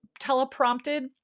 teleprompted